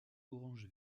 orange